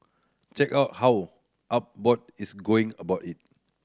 check out how Abbott is going about it